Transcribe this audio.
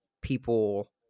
people